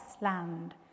land